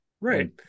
Right